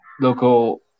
local